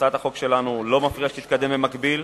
הצעת החוק שלנו, לא מפריע שתתקדם במקביל